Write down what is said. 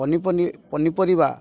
ପନିପନି ପନିପରିବା